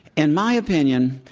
in my opinion,